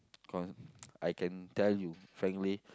con~ I can tell you frankly